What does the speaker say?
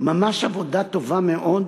ממש עבודה טובה מאוד